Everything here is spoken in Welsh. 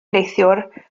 neithiwr